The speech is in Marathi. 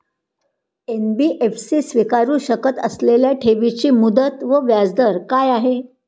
एन.बी.एफ.सी स्वीकारु शकत असलेल्या ठेवीची मुदत व व्याजदर काय आहे?